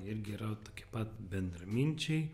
irgi yra tokie pat bendraminčiai